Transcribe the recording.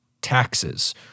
taxes